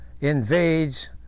invades